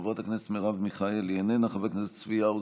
חבר הכנסת מתן כהנא,